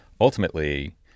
ultimately